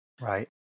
Right